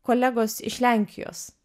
kolegos iš lenkijos